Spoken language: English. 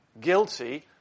Guilty